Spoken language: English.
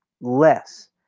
less